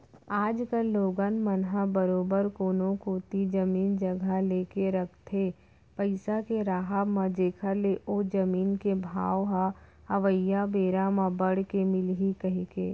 आज कल लोगन मन ह बरोबर कोनो कोती जमीन जघा लेके रखथे पइसा के राहब म जेखर ले ओ जमीन के भाव ह अवइया बेरा म बड़ के मिलही कहिके